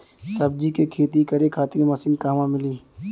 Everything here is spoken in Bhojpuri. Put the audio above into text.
सब्जी के खेती करे खातिर मशीन कहवा मिली?